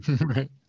right